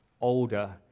older